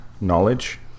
knowledge